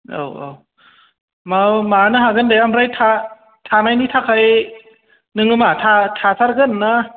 औ औ मा माबानो हागोन दे ओमफ्राय थानायनि थाखाय नोंनो मा थाथारगोन ना